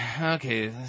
okay